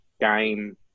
game